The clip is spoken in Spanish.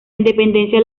independencia